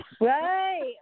right